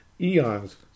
eons